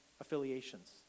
affiliations